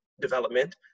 development